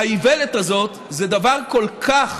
האיוולת הזאת, זה דבר כל כך